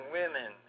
women